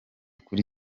kuri